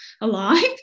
alive